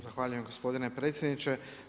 Zahvaljujem gospodine predsjedniče.